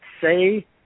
say